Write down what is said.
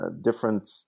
different